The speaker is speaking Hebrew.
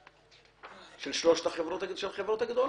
הטריופול של שלוש החברות הגדולות.